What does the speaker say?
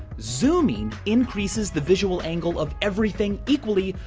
zooming increases the visual angle of everything equally,